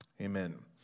amen